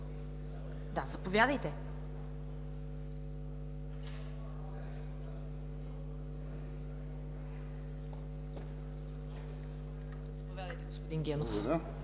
Моля, заповядайте. Заповядайте, господин Нанков.